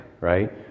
right